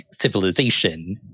civilization